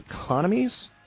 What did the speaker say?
economies